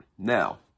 Now